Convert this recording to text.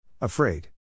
Afraid